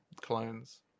clones